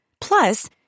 Plus